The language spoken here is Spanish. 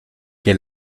que